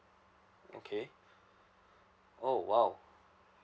okay oh !wow!